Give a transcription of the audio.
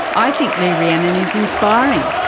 i think lee rhiannon is inspiring.